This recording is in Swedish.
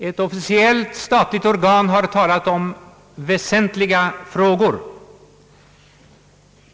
Ett officiellt statligt organ har talat om »väsentliga frågor».